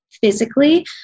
physically